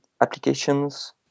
applications